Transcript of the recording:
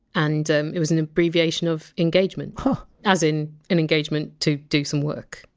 and it was an abbreviation of engagement, but as in an engagement to do some work,